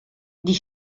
die